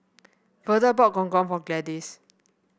Verda bought Gong Gong for Gladis